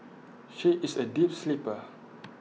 she is A deep sleeper